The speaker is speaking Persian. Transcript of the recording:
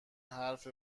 حرف